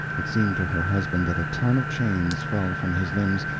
it seemed to her husband that a ton of chains fell from his limbs.